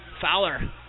Fowler